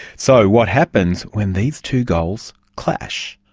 so, what happens when these two goals clash?